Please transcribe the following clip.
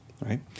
right